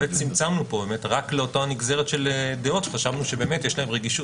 צמצמנו פה רק לאותה נגזרת של דעות שחשבנו שיש להן רגישות.